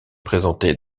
présentait